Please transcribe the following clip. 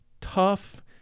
tough